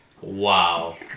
Wow